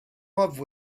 love